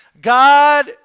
God